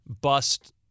bust